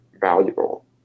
valuable